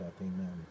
Amen